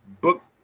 book